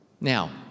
Now